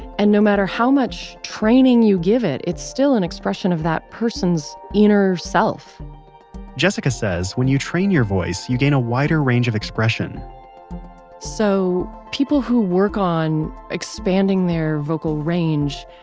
and no matter how much training you give it, it's still an expression of that person's inner self jessica says, when you train your voice, you gain a wider range of expression so people who work on expanding their vocal range,